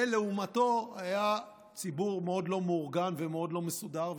ולעומתו היה ציבור מאוד לא מאורגן ומאוד לא מסודר.